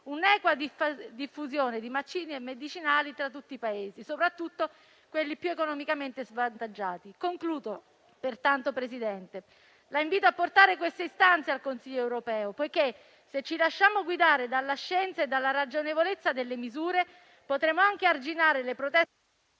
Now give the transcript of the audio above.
un'equa diffusione di vaccini e medicinali tra tutti i Paesi, soprattutto quelli economicamente più svantaggiati. Concludo, pertanto, Presidente, invitandola a portare queste istanze al Consiglio europeo, perché se ci lasciamo guidare dalla scienza e dalla ragionevolezza delle misure, potremo anche arginare le proteste.